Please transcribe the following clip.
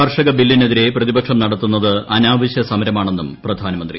കർഷക ബില്ലിനെതിരെ പ്രതിപക്ഷം നടത്തുന്നത് അനാവ്ശ്യ സമരമാണെന്നും പ്രധാനമന്ത്രി